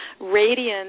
radiant